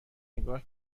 نگاه